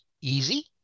easy